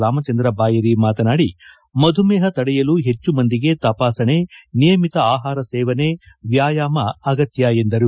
ರಾಮಚಂದ್ರ ಬಾಯರಿ ಮಾತನಾಡಿ ಮಧುಮೇಹ ತಡೆಯಲು ಹೆಚ್ಚು ಮಂದಿಗೆ ತಪಾಸಣೆ ನಿಯಮಿತ ಆಹಾರ ಸೇವನೆ ವ್ವಾಯಾಮ ಅಗತ್ತ ಎಂದರು